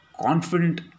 confident